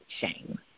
Shame